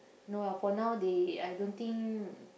no ah for now they I don't think